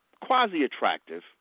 Quasi-attractive